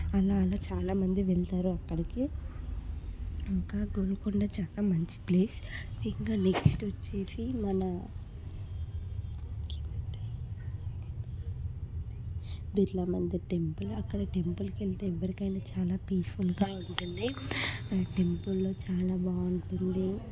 అలా అలా చాలా మంది వెళతారు అక్కడికి ఇంకా గోల్కొండ చాలా మంచి ప్లేస్ ఇంకా నెక్స్ట్ వచ్చేసి మన బిర్లా మందిర్ టెంపుల్ అక్కడ టెంపుల్కి వెళితే ఎవరికైనా చాలా పీస్ఫుల్గా ఉంటుంది ఆ టెంపుల్ చాలా బాగుంటుంది